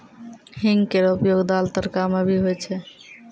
हींग केरो उपयोग दाल, तड़का म भी होय छै